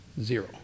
Zero